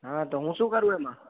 હ તો હું શું કરું એમાં